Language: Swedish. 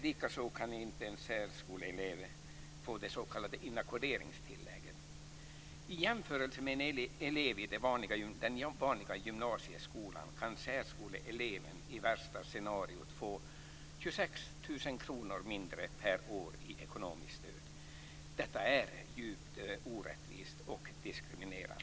Likaså kan inte en särskoleelev få det s.k. inackorderingstillägget. I jämförelse med en elev i den vanliga gymnasieskolan kan särskoleeleven i det värsta scenariot få 26 000 kr mindre per år i ekonomiskt stöd. Detta är djupt orättvist och diskriminerande.